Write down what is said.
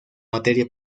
materia